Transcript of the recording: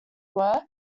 were